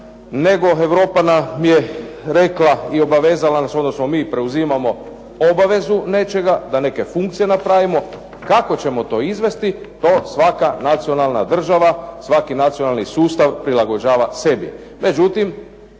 je Europa rekla i obavezala nas, odnosno mi preuzimamo obavezu nečega da nekakve funkcije napravimo. Kako ćemo to izvesti, to svaka nacionalna država, svaki nacionalni sustava prilagođava sebi.